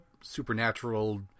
supernatural